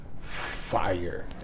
fire